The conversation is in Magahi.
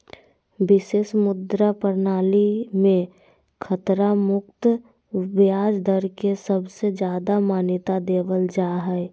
विशेष मुद्रा प्रणाली मे खतरा मुक्त ब्याज दर के सबसे ज्यादा मान्यता देवल जा हय